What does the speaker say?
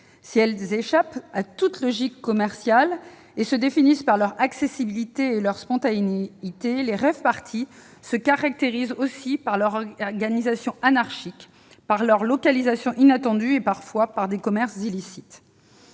Si elles échappent à toute logique commerciale et se définissent par leur accessibilité et leur spontanéité, les rave-parties se caractérisent aussi par leur organisation anarchique, leur localisation inattendue et, parfois, des commerces illicites.